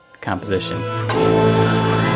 composition